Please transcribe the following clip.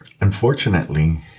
Unfortunately